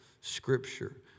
scripture